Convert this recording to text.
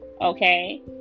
okay